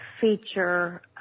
feature